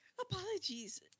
Apologies